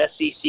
SEC